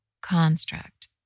construct